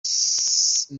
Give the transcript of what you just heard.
vedaste